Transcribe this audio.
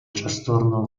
trastorno